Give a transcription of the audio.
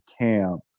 camp